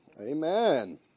Amen